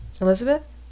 Elizabeth